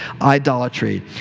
idolatry